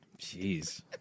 jeez